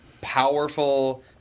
powerful